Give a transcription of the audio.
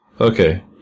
Okay